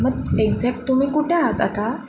मग एक्झॅक्ट तुम्ही कुठे आहात आता